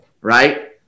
right